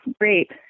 great